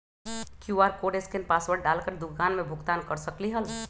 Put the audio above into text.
QR code scan password डाल कर दुकान में भुगतान कर सकलीहल?